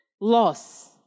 Loss